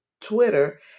Twitter